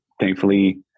thankfully